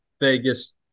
Vegas